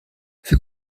für